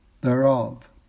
thereof